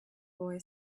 boy